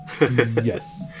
Yes